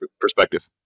perspective